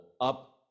up